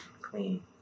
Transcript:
clean